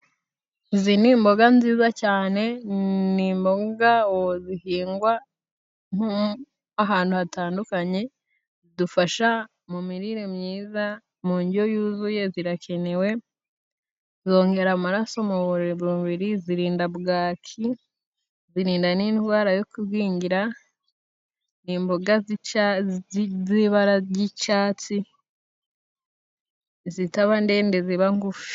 Izi ni imboga nziza cyane, ni imboga zihingwa ahantu hatandukanye bidufasha mu mirire myiza, mu ndyo yuzuye zirakenewe, zongera amaraso mu mubiri zirinda bwaki, zirinda n'indwara yo kugwingira. Ni imboga z'ibara ry'icyatsi zitaba ndende ziba ngufi.